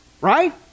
right